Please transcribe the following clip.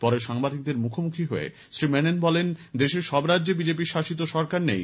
পরে সাংবাদিকদের মুখোমুখি হয়ে শ্রী মেনন বলেন দেশের সব রাজ্যে বিজেপি শাসিত সরকার নেই